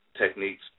techniques